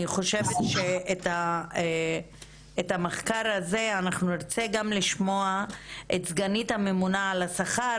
אני חושבת שבמחקר הזה אנחנו נרצה גם לשמוע את סגנית הממונה על השכר,